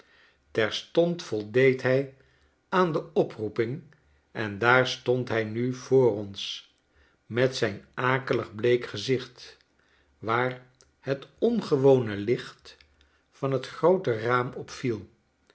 terstond voldeed hij aan de oproeping en daar stond hij nu voor ons met zijn akelig bleek gezicht waar het ongewone licht van t groote raam